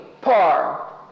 par